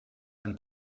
ein